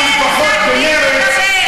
לפחות אנחנו במרצ,